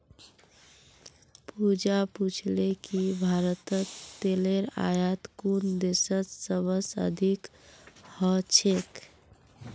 पूजा पूछले कि भारतत तेलेर आयात कुन देशत सबस अधिक ह छेक